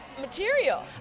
material